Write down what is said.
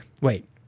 wait